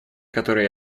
которые